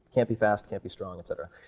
can't be fast, can't be strong, etc.